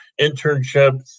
internships